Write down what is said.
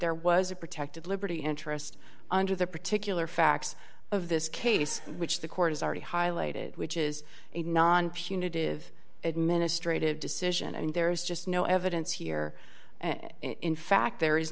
there was a protected liberty interest under the particular facts of this case which the court has already highlighted which is a non punitive administrative decision and there is just no evidence here and in fact there is